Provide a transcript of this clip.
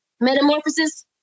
Metamorphosis